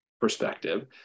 perspective